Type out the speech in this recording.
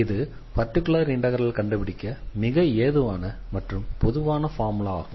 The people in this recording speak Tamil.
இது பர்டிகுலர் இண்டெக்ரலை கண்டுபிடிக்க மிக ஏதுவான மற்றும் பொதுவான ஃபார்முலா ஆகும்